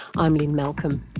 i'm lynne malcolm.